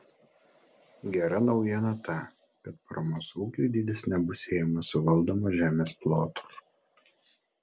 gera naujiena ta kad paramos ūkiui dydis nebus siejamas su valdomos žemės plotu